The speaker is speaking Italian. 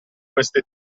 queste